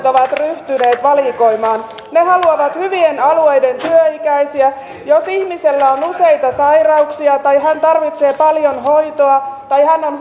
ovat ryhtyneet valikoimaan ne haluavat hyvien alueiden työikäisiä jos ihmisellä on useita sairauksia tai hän tarvitsee paljon hoitoa tai hän on